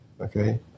Okay